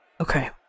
okay